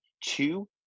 Two